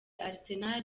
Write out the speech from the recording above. arsenal